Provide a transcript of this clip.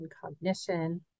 cognition